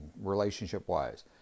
relationship-wise